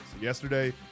yesterday